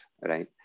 right